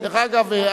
דרך אגב,